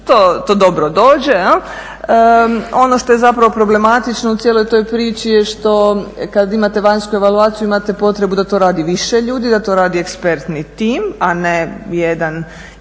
to dobro dođe. Ono što je zapravo problematično u cijeloj toj priči je što kad imate vanjsku evaluaciju imate potrebu da to radi više ljudi, da to radi ekspertni tim, a ne jedan ili